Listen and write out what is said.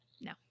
no